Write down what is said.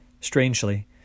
Strangely